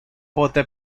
pote